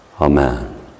Amen